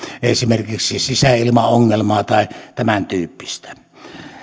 esimerkiksi sisäilmaongelmaa tai tämäntyyppistä tämän lakiehdotuksen tavoitteena